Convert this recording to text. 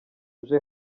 uje